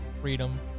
freedom